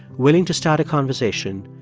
willing to start a conversation,